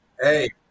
Hey